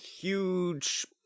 huge